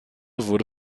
wurde